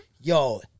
yo